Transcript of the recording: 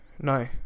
no